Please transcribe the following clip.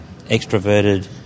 extroverted